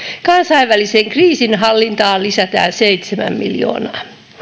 kansainväliseen kriisinhallintaan lisätään seitsemän miljoonaa